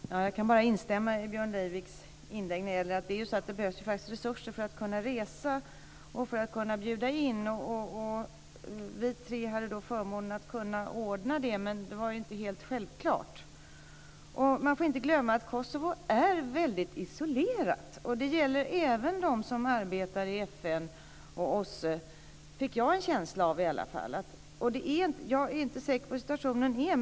Fru talman! Jag kan bara instämma i Björn Leiviks inlägg när det gäller att det faktiskt behövs resurser för att kunna resa och för att kunna bjuda in människor. Vi tre hade förmånen att kunna ordna detta. Men det var inte helt självklart. Man får inte glömma att Kosovo är väldigt isolerat. Jag fick en känsla av att det även gäller dem som arbetar i FN och OSSE. Jag är inte säker på hur situationen är.